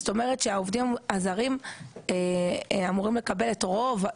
זאת אומרת שהעובדים הזרים אמורים לקבל את רוב,